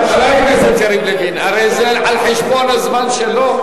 חבר הכנסת יריב לוין, הרי זה על חשבון הזמן שלו.